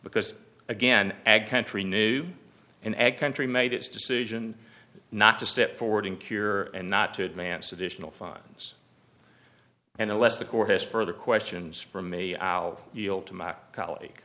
because again ag country knew an egge country made its decision not to step forward in cure and not to advance additional fines and the less the court has further questions for me i'll yield to my coll